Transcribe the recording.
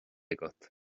agat